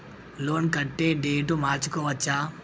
Loan కట్టే date మార్చుకోవచ్చా?